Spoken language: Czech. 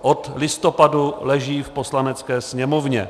Od listopadu leží v Poslanecké sněmovně.